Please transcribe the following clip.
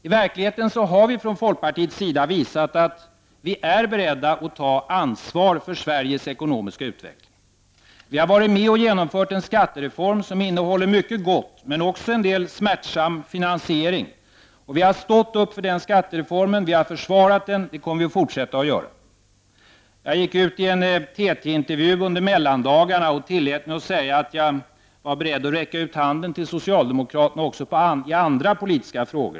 I verkligheten har vi från folkpartiets sida visat att vi är beredda att ta ansvar för Sveriges ekonomiska utveckling. Vi har varit med och genomfört en skattereform som innehåller mycket gott men också en del smärtsam finansiering. Vi har stått upp för den skattereformen. Vi har försvarat den, och vi kommer att göra det i fortsättningen. Jag gick ut i en TT-intervju under mellandagarna och tillät mig att säga att jag är beredd att räcka ut handen till socialdemokraterna också i andra politiska frågor.